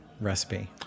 recipe